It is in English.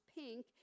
pink